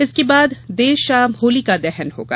इसके बाद देर शाम होलिका दहन होगा